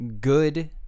good